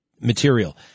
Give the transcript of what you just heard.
material